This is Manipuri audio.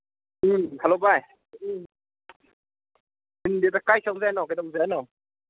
ꯎꯝ ꯍꯂꯣ ꯚꯥꯏ ꯆꯤꯟꯗꯦꯗ ꯀꯗꯥꯏ ꯆꯠꯂꯨꯁꯦ ꯍꯥꯏꯔꯤꯅꯣ ꯀꯩꯗꯧꯁꯦ ꯍꯥꯏꯔꯤꯅꯣ